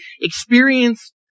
experience